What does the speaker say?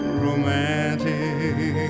romantic